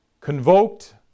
convoked